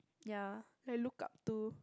ya I look up to